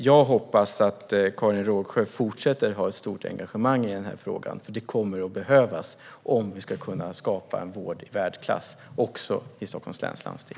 Jag hoppas att Karin Rågsjö fortsätter att ha ett stort engagemang i frågan, för det kommer att behövas om vi ska kunna skapa en vård i världsklass också i Stockholms läns landsting.